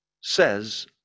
says